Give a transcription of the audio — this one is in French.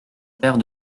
paire